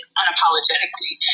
unapologetically